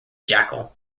jackal